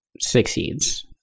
succeeds